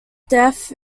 death